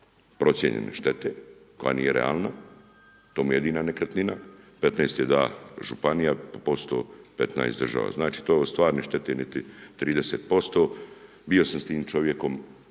procijenjene štete koja nije realna, to mu je jedina nekretnina, 15 je dala županija posto, 15 država, to stvarne štete niti 30%. bio sam s tim čovjekom,